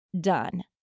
done